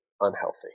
unhealthy